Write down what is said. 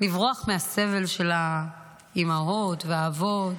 לברוח מהסבל של האימהות והאבות,